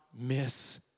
miss